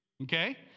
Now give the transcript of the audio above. Okay